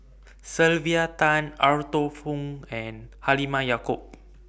Sylvia Tan Arthur Fong and Halimah Yacob